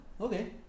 Okay